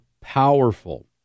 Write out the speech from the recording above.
powerful